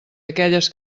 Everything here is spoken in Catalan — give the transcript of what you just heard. aquelles